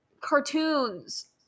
cartoons